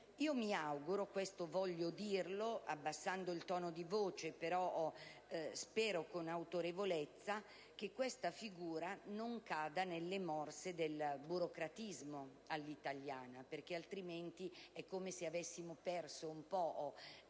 Io mi auguro - questo voglio dirlo abbassando il tono di voce, però, spero con autorevolezza - che questa figura non cada nelle morse del burocratismo all'italiana. Altrimenti è come se avessimo perso un po'